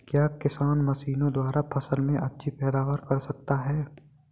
क्या किसान मशीनों द्वारा फसल में अच्छी पैदावार कर सकता है?